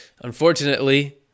Unfortunately